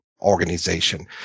organization